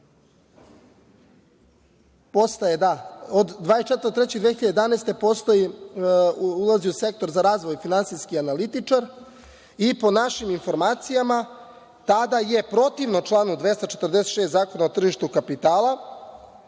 od 24. marta 2011. godine ulazi u sektor za razvoj, finansijski analitičar i, po našim informacijama, tada je, protivno članu 246. Zakona o tržištu kapitala,